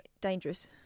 dangerous